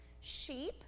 Sheep